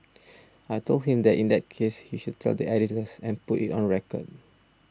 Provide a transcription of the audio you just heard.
I told him that in that case he should tell the editors and put it on record